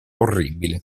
orribile